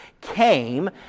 came